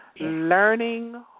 learning